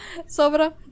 Sobra